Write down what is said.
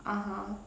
(uh huh)